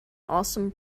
awesome